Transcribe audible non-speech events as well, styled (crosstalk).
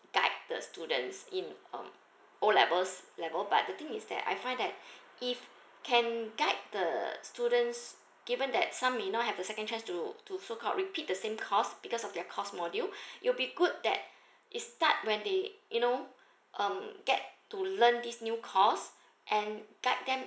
guide the students in um O levels level but the thing is that I find that (breath) if can guide the students given that some you know have a second chance to to so called repeat the same course because of their course module (breath) it will be good that it's start when they you know um get to learn this new course and guide them